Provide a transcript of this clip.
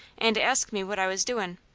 and asked me what i was doin'.